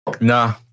Nah